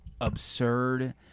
absurd